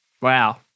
Wow